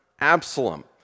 Absalom